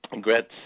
Gretz